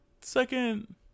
second